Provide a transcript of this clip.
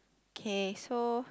K so